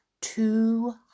two